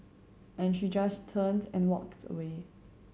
and she just turned and walked away